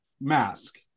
mask